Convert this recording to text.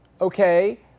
okay